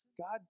God